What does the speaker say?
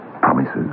promises